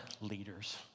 leaders